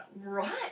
Right